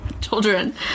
children